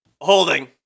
holding